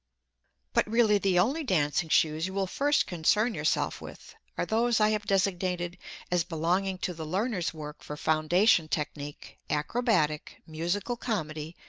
but really the only dancing shoes you will first concern yourself with are those i have designated as belonging to the learners' work for foundation technique, acrobatic, musical comedy,